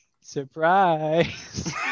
surprise